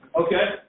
Okay